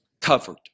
covered